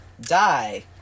die